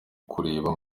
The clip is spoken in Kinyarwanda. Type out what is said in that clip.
kureba